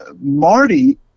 marty